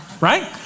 right